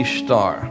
star